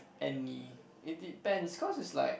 any it depends cause is like